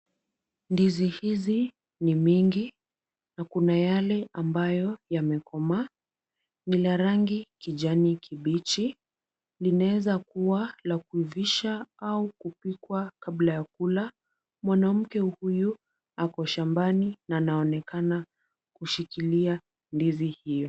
Ndizi hizi ni mingi na kuna yale ambayo yamekomaa. Ni la rangi kijani kibichi linaweza kuwa la kuivisha au kupikwa kabla ya kula. Mwanamke huyu ako shambani na anaonekana kushikilia ndizi hiyo.